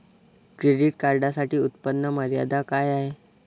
Credit कार्डसाठी उत्त्पन्न मर्यादा काय आहे?